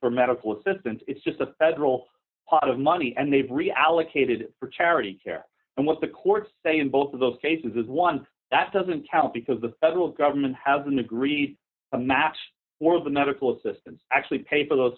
for medical assistance it's just a federal pot of money and they've reallocated for charity care and what the courts say in both of those cases is one that doesn't count because the federal government has an agreed to match for the medical assistance actually pay for those